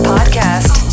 Podcast